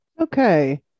okay